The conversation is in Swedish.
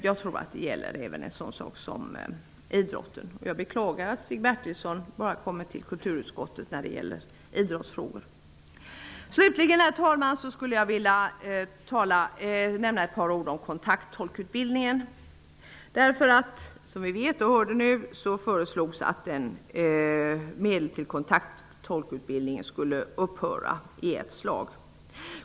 Jag tror att det även gäller idrotten. Jag beklagar att Stig Bertilsson bara kommer till kulturutskottet när det gäller idrottsfrågor. Slutligen, herr talman, skulle jag vilja säga ett par ord om kontakttolkutbildningen. Vi vet att det har föreslagits att meddelstilldelningen till kontakttolkutbildningen skall upphöra i ett slag.